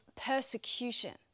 persecution